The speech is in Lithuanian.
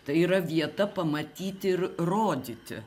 tai yra vieta pamatyti ir rodyti